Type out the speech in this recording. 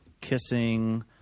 kissing